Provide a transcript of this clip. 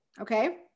okay